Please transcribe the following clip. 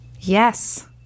Yes